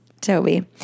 Toby